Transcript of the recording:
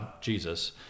Jesus